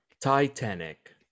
Titanic